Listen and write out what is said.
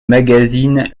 magazine